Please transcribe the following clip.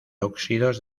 óxidos